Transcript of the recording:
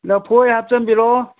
ꯂꯐꯣꯏ ꯍꯥꯞꯆꯟꯕꯤꯔꯛꯑꯣ